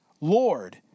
Lord